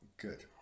Good